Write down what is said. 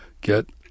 get